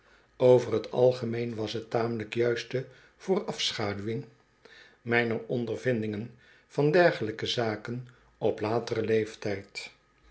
over t algemeen was t eene tamelijk juiste voorafschaduwing mijner ondervindingen van dergelijke zaken op lateren leeftijd